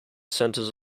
centers